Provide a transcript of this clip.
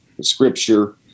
scripture